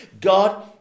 God